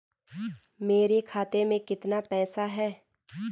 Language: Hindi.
मेरे खाते में कितना पैसा है?